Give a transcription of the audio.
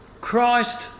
Christ